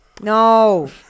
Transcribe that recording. No